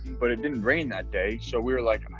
but it didn't rain that day, so we were like, um